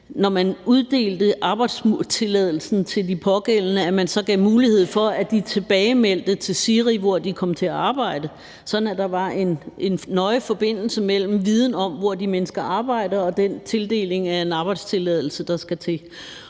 når man uddelte arbejdstilladelsen til de pågældende, så gav mulighed for, at de tilbagemeldte til SIRI, med hensyn til hvor de kom til at arbejde, sådan at der var en nøje forbindelse mellem viden om, hvor de mennesker arbejder, og den tildeling af en arbejdstilladelse, der skal til.